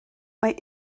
mae